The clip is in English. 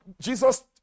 Jesus